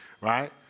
right